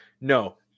no